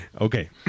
okay